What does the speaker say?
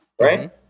right